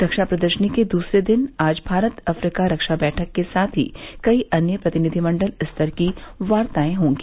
रक्षा प्रदर्शनी के दूसरे दिन आज भारत अफ्रीका रक्षा बैठक के साथ ही कई अन्य प्रतिनिधिमण्डल स्तर की वाताए होंगी